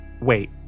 Wait